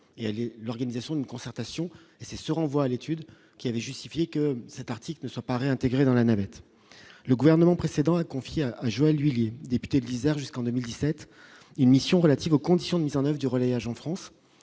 et l'organisation d'une concertation et se renvoient à l'étude, qui avait justifié que cet article ne soit pas réintégré dans la navette, le gouvernement précédent a confié à Joëlle Huillier, député de l'Isère, jusqu'en 2017 émissions relatives aux conditions de mise en grève du relais agent France